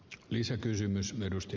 herra puhemies